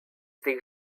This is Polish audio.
tych